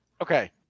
Okay